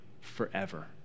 forever